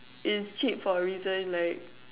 is cheap for reason like